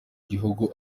gihugu